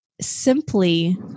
simply